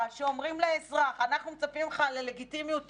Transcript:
שאומרים לאזרח: אנחנו מצפים ממך ללגיטימיות,